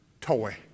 toy